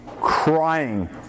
crying